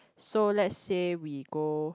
so let's say we go